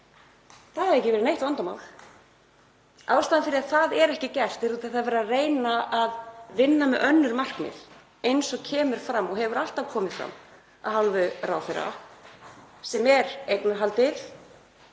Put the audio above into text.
Það hefði ekki verið neitt vandamál. Ástæðan fyrir að það er ekki gert er að verið er að vinna með önnur markmið eins og kom fram og hefur alltaf komið fram af hálfu ráðherra, sem er eignarhaldið,